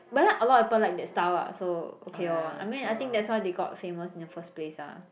but then a lot of people like their style ah so okay lor I mean I think that's why they got famous in the first place lah